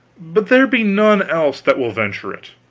but there be none else that will venture it,